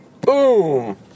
boom